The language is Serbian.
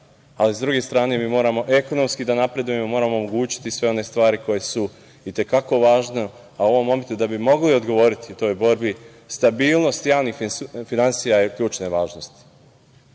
ali s druge strane mi moramo ekonomski da napredujemo, moramo omogućiti sve one stvari koje su i te kako važne, a u ovom momentu da bi mogli odgovoriti u toj borbi stabilnost javnih finansija je od ključne važnosti. Pod